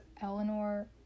Eleanor